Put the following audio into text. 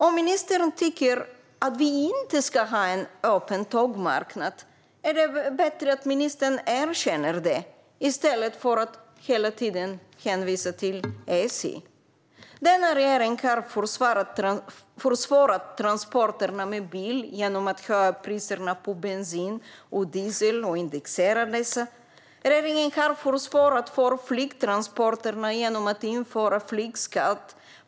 Om ministern tycker att vi inte ska ha en öppen tågmarknad är det bättre att ministern erkänner det i stället för att hela tiden hänvisa till SJ. Denna regering har försvårat transporterna med bil genom att höja priserna på bensin och diesel och indexera dessa och har försvårat för flygtransporterna genom att införa flygskatt.